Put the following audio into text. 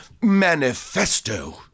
manifesto